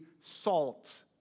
salt